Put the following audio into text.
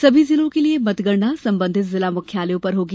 सभी जिलों के लिए मतगणना संबंधित जिला मुख्यालयों पर होगी